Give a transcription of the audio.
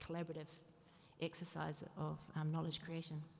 collaborative exercise of um knowledge creation.